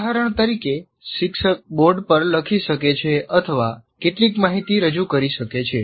ઉદાહરણ તરીકે શિક્ષક બોર્ડ પર લખી શકે છે અથવા કેટલીક માહિતી રજૂ કરી શકે છે